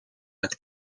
jak